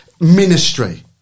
ministry